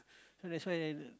so that's why